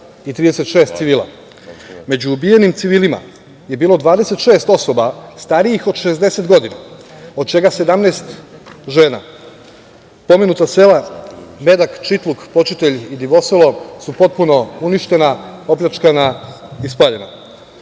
i 36 civila. Među ubijenim civilima je bilo 26 osoba starijih od 60 godina, od čega 17 žena. Pomenuta sela Medak, Čitluk, Počitelj i Divoselo su potpuno uništena, opljačkana i spaljena.Za